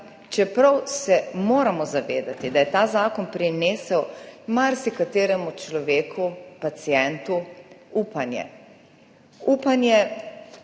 čeprav se moramo zavedati, da je ta zakon prinesel marsikateremu človeku, pacientu upanje. Upanje,